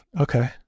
Okay